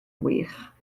wych